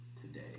today